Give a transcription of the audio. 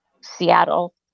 Seattle